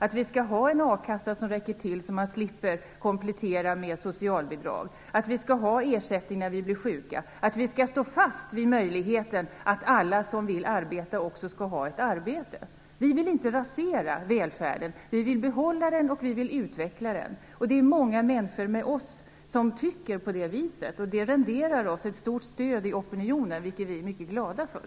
Vi vill ha en akassa som räcker till så att man slipper komplettera med socialbidrag. Vi vill ha ett system med ersättning när människor blir sjuka. Vi skall stå fast vid möjligheten att alla som vill arbeta också skall ha ett arbete. Vi vill inte rasera välfärden. Vi vill behålla den och utveckla den. Det är många människor som med oss tycker på det viset. Det renderar oss ett stort stöd i opinionen, och det är vi mycket glada för.